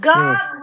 God